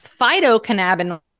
phytocannabinoids